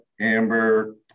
Amber